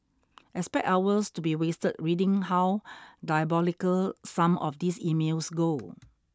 expect hours to be wasted reading how diabolical some of these emails go